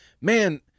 man